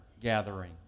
Gathering